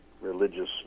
religious